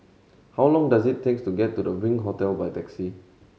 how long does it takes to get to the Wink Hostel by taxi